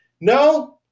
no